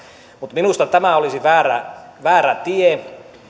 mutta minusta tämä olisi väärä väärä tie